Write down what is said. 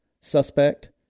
suspect